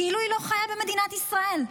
כאילו היא לא חיה במדינת ישראל,